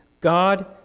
God